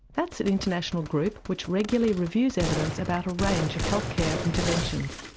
that's an international group which regularly reviews evidence about a range of health care interventions.